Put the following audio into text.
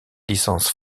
licences